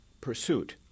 pursuit